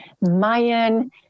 Mayan